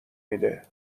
میده